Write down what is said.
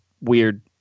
weird